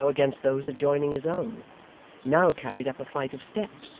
now against those adjoining his own now carried up a flight of steps,